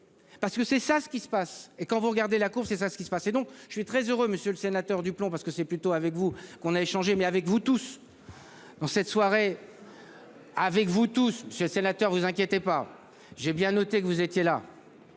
Parce que c'est ça ce qui se passe et quand vous regardez la cour c'est ça ce qui se passait donc je suis très heureux. Monsieur le sénateur du plomb parce que c'est plutôt avec vous qu'on avait changé, mais avec vous tous. Dans cette soirée. Avec vous tous ces sénateur vous inquiétez pas, j'ai bien noté que vous étiez là.